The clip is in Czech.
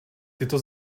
tyto